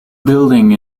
building